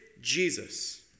Jesus